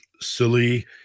silly